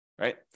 right